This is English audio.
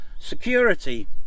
security